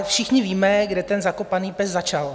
Všichni víme, kde ten zakopaný pes začal.